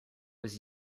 was